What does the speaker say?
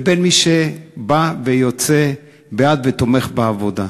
לבין מי שיוצא בעד ותומך בעבודה.